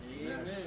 Amen